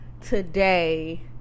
today